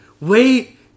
wait